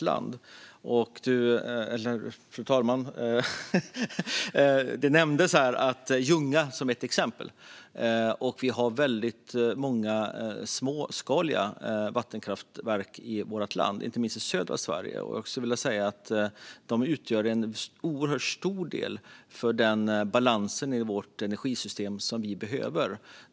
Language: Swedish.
Ljungan nämndes som exempel, och vi har ju väldigt många småskaliga vattenkraftverk i landet, inte minst i södra Sverige. De utgör en mycket stor del i den balans av vårt energisystem som vi behöver.